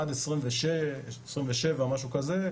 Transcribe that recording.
עד 2027 משהו כזה,